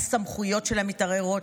הסמכויות שלה מתערערות.